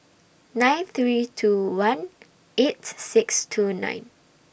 nine three two one eight six two nine